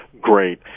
Great